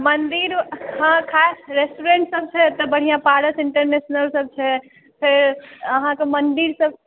मन्दिर हँ खास रेस्टुरेन्ट सबसँ बढ़िऑं पारस इण्टरनेशनल सब छै अहाँके मन्दिर सब छै